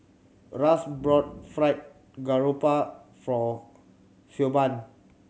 Ras bought Fried Garoupa for Siobhan